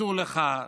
אסור לך.